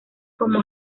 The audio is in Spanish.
como